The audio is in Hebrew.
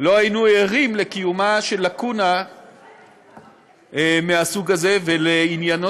לא היינו ערים לקיומה של לקונה מהסוג הזה ולקיפוח